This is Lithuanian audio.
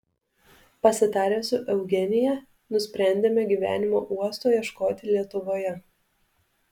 pasitarę su eugenija nusprendėme gyvenimo uosto ieškoti lietuvoje